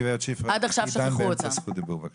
הגברת שפרה, עידן באמצע זכות דיבור, בבקשה.